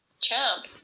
champ